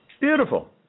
Beautiful